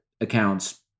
accounts